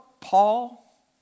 Paul